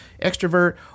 extrovert